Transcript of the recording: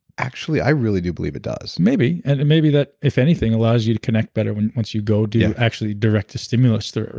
actually, i really do believe it does maybe, and and maybe that, if anything, allows you to connect better once you go do actually direct a stimulus through it,